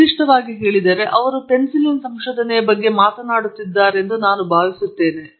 ನಿರ್ದಿಷ್ಟವಾಗಿ ಹೇಳುವುದಾದರೆ ಅವರು ಪೆನಿಸಿಲಿನ್ ಸಂಶೋಧನೆಯ ಬಗ್ಗೆ ಮಾತನಾಡುತ್ತಿದ್ದಾರೆಂದು ನಾನು ಭಾವಿಸುತ್ತೇನೆ